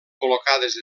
col·locades